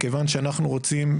מכיוון שאנחנו רוצים,